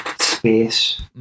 space